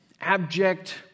abject